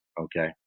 okay